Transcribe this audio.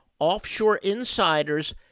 offshoreinsiders